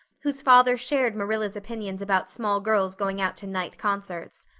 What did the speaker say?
whose father shared marilla's opinions about small girls going out to night concerts.